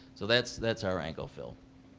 so that's that's our angle, phil.